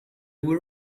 were